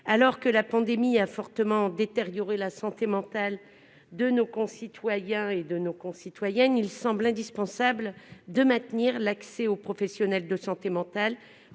Alors que la pandémie a fortement détérioré la santé mentale de nos concitoyennes et de nos concitoyens, il semble indispensable de maintenir l'accès aux professionnels de santé mentale.